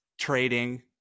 trading